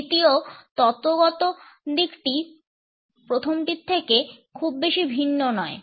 দ্বিতীয় তত্ত্বগত দিকটি প্রথমটির থেকে খুব বেশি ভিন্ন নয়